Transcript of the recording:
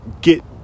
get